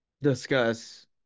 discuss